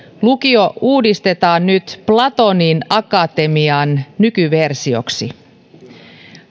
lukio uudistetaan nyt platonin akatemian nykyversioksi